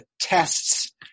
tests